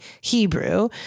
Hebrew